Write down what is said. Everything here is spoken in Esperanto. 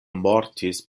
mortis